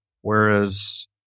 whereas